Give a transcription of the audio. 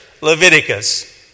Leviticus